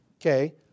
Okay